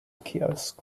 kiosk